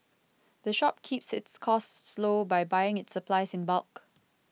the shop keeps its costs low by buying its supplies in bulk